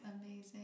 amazing